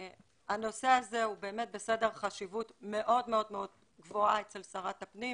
הנושא הזה הוא באמת בסדר חשיבות מאוד גבוה אצל שרת הפנים.